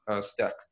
stack